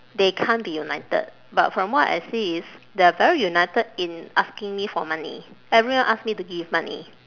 they can't be united but from what I see is they are very united in asking me for money everyone ask me to give money